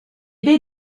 bai